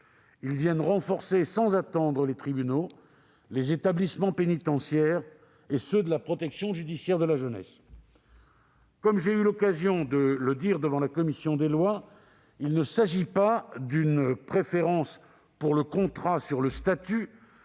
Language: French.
Ils viennent renforcer sans attendre les tribunaux, les établissements pénitentiaires et ceux de la protection judiciaire de la jeunesse. Comme j'ai eu l'occasion de le dire devant la commission des lois, il ne s'agit pas de privilégier le contrat par rapport